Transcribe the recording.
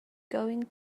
going